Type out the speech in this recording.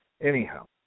Anyhow